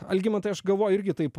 algimantai aš galvoju irgi taip